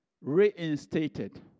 reinstated